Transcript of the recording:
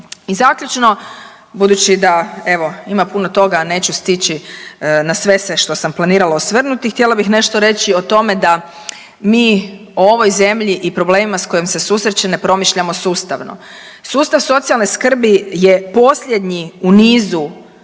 I zaključno budući da evo ima puno toga, a neću stići na sve se što sam planirala osvrnuti htjela bih nešto reći o tome da mi o ovoj zemlji i problemima s kojim se susreće ne promišljamo sustavno. Sustav socijalne skrbi je posljednji u nizu